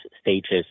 stages